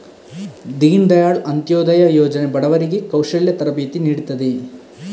ದೀನ್ ದಯಾಳ್ ಅಂತ್ಯೋದಯ ಯೋಜನೆ ಬಡವರಿಗೆ ಕೌಶಲ್ಯ ತರಬೇತಿ ನೀಡ್ತದೆ